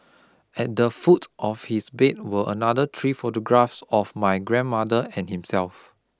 at the foot of his bed were another three photographs of my grandmother and himself